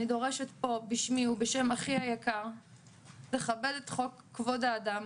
אני דורשת פה בשמי ובשם אחי היקר לכבד את חוק כבוד האדם